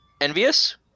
Envious